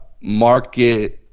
market